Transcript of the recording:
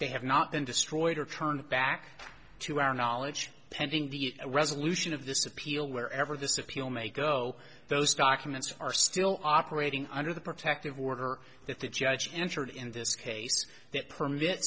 they have not been destroyed or turned back to our knowledge pending the resolution of this appeal wherever this appeal may go those documents are still operating under the protective order that the judge entered in this case that permit